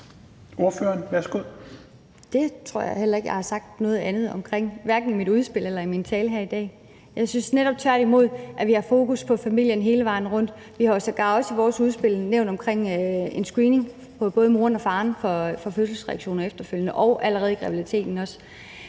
Det tror jeg heller ikke jeg har sagt noget andet omkring, hverken i mit udspil eller i min tale her i dag. Jeg synes tværtimod netop, at vi har fokus på familien hele vejen rundt. Vi har sågar i vores udspil også nævnt noget omkring en screening af både moren og faren for fødselsreaktioner efterfølgende og allerede under graviditeten også.